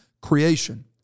creation